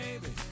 baby